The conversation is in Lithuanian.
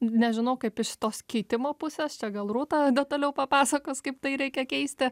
nežinau kaip iš šitos keitimo pusės čia gal rūta detaliau papasakos kaip tai reikia keisti